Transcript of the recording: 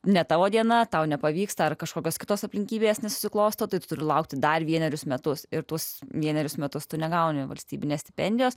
ne tavo diena tau nepavyksta ar kažkokios kitos aplinkybės nesusiklosto taip turi laukti dar vienerius metus ir tuos vienerius metus tu negauni valstybinės stipendijos